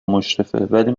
مشرفه، ولی